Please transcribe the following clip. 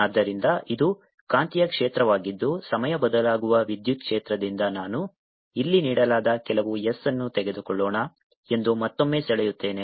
ಆದ್ದರಿಂದ ಇದು ಕಾಂತೀಯ ಕ್ಷೇತ್ರವಾಗಿದ್ದು ಸಮಯ ಬದಲಾಗುವ ವಿದ್ಯುತ್ ಕ್ಷೇತ್ರದಿಂದ ನಾನು ಇಲ್ಲಿ ನೀಡಲಾದ ಕೆಲವು S ಅನ್ನು ತೆಗೆದುಕೊಳ್ಳೋಣ ಎಂದು ಮತ್ತೊಮ್ಮೆ ಸೆಳೆಯುತ್ತೇನೆ